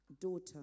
daughter